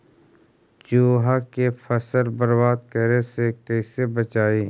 चुहा के फसल बर्बाद करे से कैसे बचाबी?